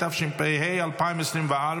התשפ"ה 2024,